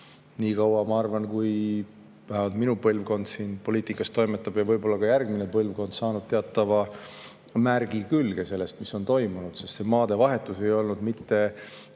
nii kauaks, ma arvan, kui vähemalt minu põlvkond poliitikas toimetab ja võib-olla ka järgmine põlvkond, saanud teatava märgi külge sellest, mis on toimunud. Sest see maadevahetus ei olnud mitte